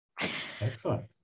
Excellent